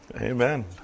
Amen